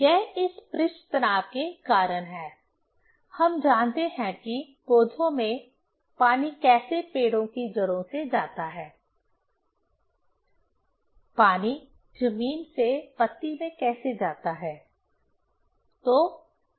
यह इस पृष्ठ तनाव के कारण है हम जानते हैं कि पौधों में पानी कैसे पेड़ की जड़ों से जाता है पानी जमीन से पत्ती में कैसे जाता है